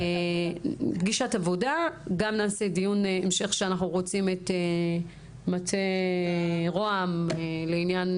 פגישת עבודה וגם נעשה דיון המשך שאנחנו רוצים את מטה רוה"מ לעניין